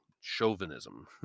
chauvinism